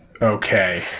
Okay